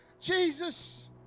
Jesus